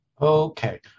Okay